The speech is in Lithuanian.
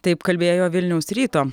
taip kalbėjo vilniaus ryto